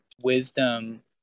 wisdom